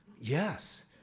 Yes